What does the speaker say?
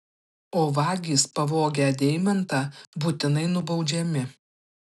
o vagys pavogę deimantą būtinai nubaudžiami